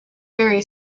very